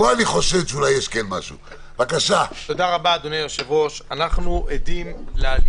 אני רוצה להגיד, אדוני היושב-ראש וכל